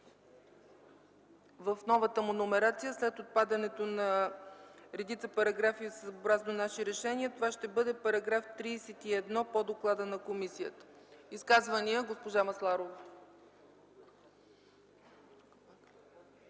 В новата му номерация, след отпадането на редица параграфи съобразно наши решения, това ще бъде § 31 по доклада на комисията. Изказвания? Госпожа Масларова.